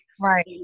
right